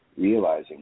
realizing